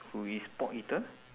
who is pork eater